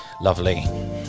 lovely